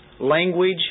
language